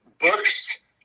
Books